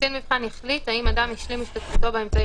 "קצין מבחן יחליט האם אדם השלים השתתפותו באמצעי